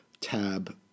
tab